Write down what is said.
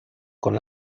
con